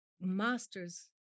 master's